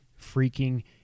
freaking